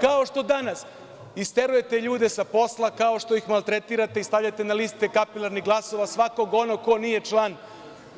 Kao što danas isterujete ljude sa posla, kao što ih maltretirate i stavljate na liste kapilarnih glasova svakog onog ko nije član,